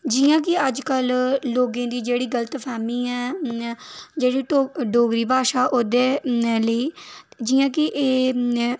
जि'यां कि अज्जकल लोगें दी जेह्ड़ी गलतफैह्मी ऐ जेह्ड़ी डो डोगरी भाशा ओह्दे लेई जि'या कि एह्